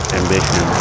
ambition